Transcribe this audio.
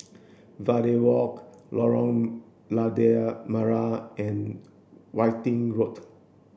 Verde Walk Lorong Lada Merah and Wittering Road